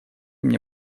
мне